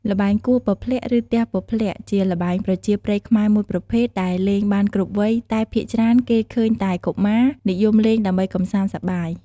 ល្បែងគោះពព្លាក់ ឬទះពព្លាក់ ជាល្បែងប្រជាប្រិយខ្មែរមួយប្រភេទដែលលេងបានគ្រប់វ័យ តែភាគច្រើនគេឃើញតែកុមារ និយមលេងដើម្បីកម្សាន្តសប្បាយ។